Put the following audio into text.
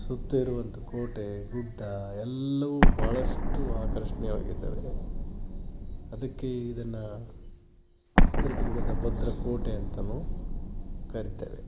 ಸುತ್ತು ಇರುವಂಥ ಕೋಟೆ ಗುಡ್ಡ ಎಲ್ಲವು ಬಹಳಷ್ಟು ಆಕರ್ಷಣಿಯವಾಗಿದ್ದಾವೆ ಅದಕ್ಕೆ ಇದನ್ನು ಚಿತ್ರದುರ್ಗದ ಭದ್ರ ಕೋಟೆ ಅಂತಾನೂ ಕರೀತೇವೆ